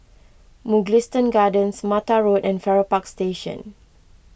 Mugliston Gardens Mattar Road and Farrer Park Station